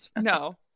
no